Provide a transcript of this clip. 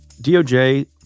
DOJ